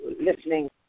listening